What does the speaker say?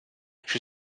più